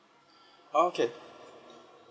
okay